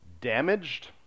damaged